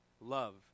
love